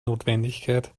notwendigkeit